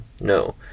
No